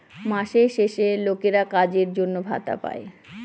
মাসের শেষে লোকেরা কাজের জন্য ভাতা পাই